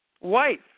wife